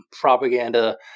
propaganda